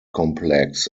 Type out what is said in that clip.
complex